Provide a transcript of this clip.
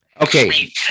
Okay